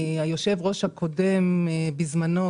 היושב-ראש הקודם בזמנו,